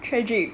tragic